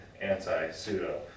anti-pseudo